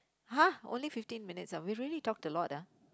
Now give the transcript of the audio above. [huh] only fifteen minutes we really talked a lot ah